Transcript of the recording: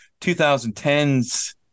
2010s